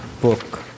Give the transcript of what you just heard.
book